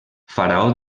faraó